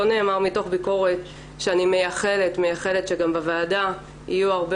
לא נאמר מתוך ביקורת שאני מייחלת שגם בוועדה יהיו הרבה